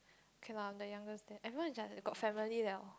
K lah the youngest there everyone is like got family liao